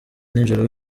nijoro